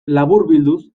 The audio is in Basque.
laburbilduz